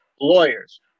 lawyers